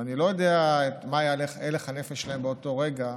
ואני לא יודע מה היה הלך הנפש שלהם באותו רגע.